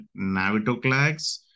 Navitoclax